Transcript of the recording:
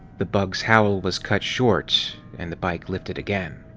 the bug's howl was cut short and the bike lifted again.